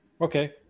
okay